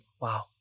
Wow